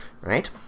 right